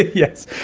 yes,